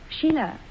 Sheila